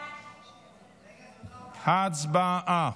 הצבעה.